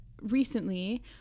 recently